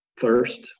thirst